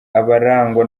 abarangwa